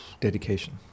dedication